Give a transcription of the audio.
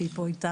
שהיא פה איתנו,